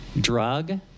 drug